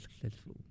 successful